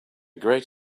great